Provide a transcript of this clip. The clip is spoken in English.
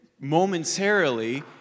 momentarily